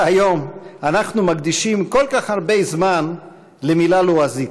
היום אנחנו מקדישים כל כך הרבה זמן למילה לועזית,